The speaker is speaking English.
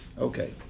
Okay